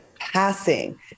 passing